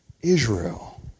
Israel